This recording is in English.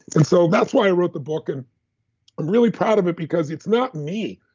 and so that's why i wrote the book. and i'm really proud of it because it's not me,